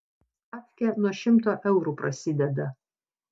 stafkė nuo šimto eurų prasideda